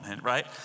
right